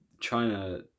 China